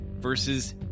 versus